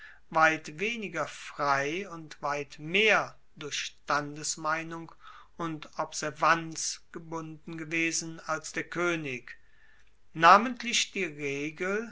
weit weniger frei und weit mehr durch standesmeinung und observanz gebunden gewesen als der koenig namentlich die regel